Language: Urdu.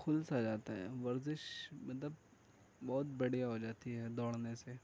کھل سا جاتا ہے ورزش مطلب بہت بڑھیا ہو جاتی ہے دوڑنے سے